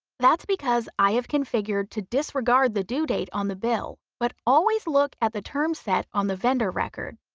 that's because i have configured to disregard the due date on the bill. but always look at the term set on the vendor record.